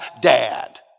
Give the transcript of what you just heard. dad